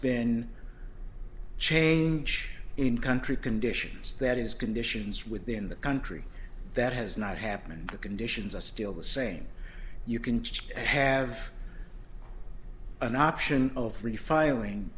been a change in country conditions that is conditions within the country that has not happened the conditions are still the same you can have an option of free filing